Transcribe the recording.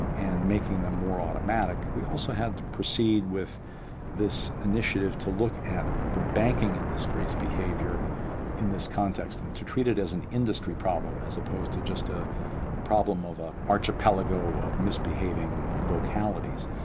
and making them more automatic, we also have to proceed with this initiative to look at the banking industries' behaviour in this context, and to treat it as an industry problem, as opposed to just a problem of an ah archipelago of misbehaving localities.